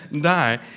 die